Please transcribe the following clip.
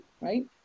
right